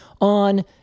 on